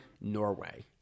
Norway